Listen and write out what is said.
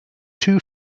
two